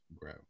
grow